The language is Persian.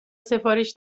سفارش